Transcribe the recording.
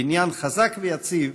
בניין חזק ויציב